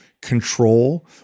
control